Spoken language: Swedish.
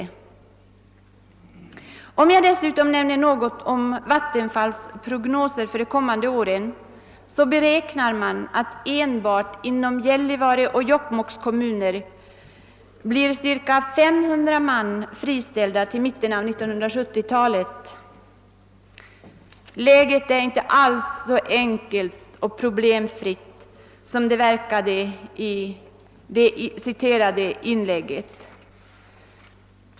Om jag dessutom nämner något om vattenfallsprognoser, så beräknar man att enbart inom Gällivare och Jokkmokks kommuner blir cirka 500 man friställda till mitten på 1970-talet. Läget är inte alls så enkelt och problemfritt som det verkade i fru Erikssons inlägg.